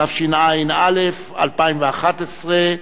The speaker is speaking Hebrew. התשע"א 2011,